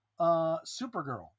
Supergirl